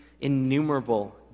innumerable